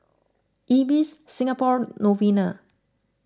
Ibis Singapore Novena